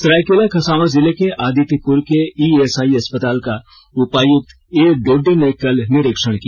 सरायकेला खरसावां जिले के आदित्यपुर के ईएसआई अस्पताल का उपायुक्त ए दोड्ड ने कल निरीक्षण किया